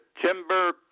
Timber